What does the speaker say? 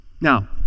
Now